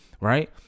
Right